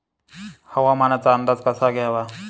हवामानाचा अंदाज कसा घ्यावा?